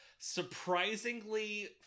surprisingly